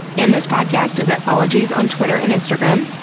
and this podcast is at ologies on twitter and instagram,